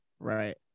right